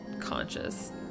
conscious